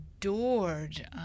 adored